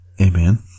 amen